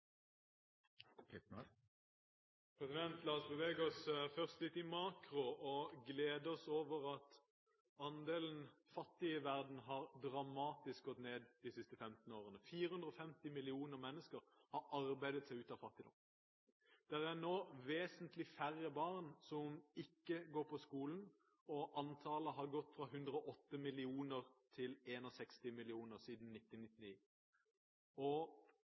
La oss først bevege oss litt i makro og glede oss over at andelen fattige i verden har gått dramatisk ned de siste 15 årene. 450 millioner mennesker har arbeidet seg ut av fattigdom. Det er nå vesentlig færre barn som ikke går på skolen, og antallet har gått fra 108 millioner til 61 millioner siden